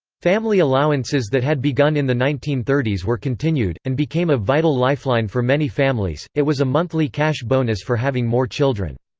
family allowances that had begun in the nineteen thirty s were continued, and became a vital lifeline for many families it was a monthly cash bonus for having more children.